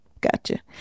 gotcha